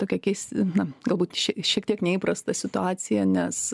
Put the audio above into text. tokia keis na galbūt šie šiek tiek neįprasta situacija nes